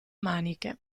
maniche